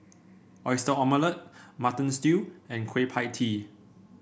Oyster Omelette Mutton Stew and Kueh Pie Tee